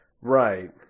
right